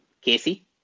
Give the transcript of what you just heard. Casey